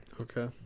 okay